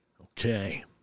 Okay